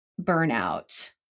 burnout